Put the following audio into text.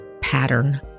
pattern